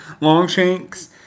Longshanks